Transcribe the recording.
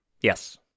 Yes